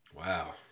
Wow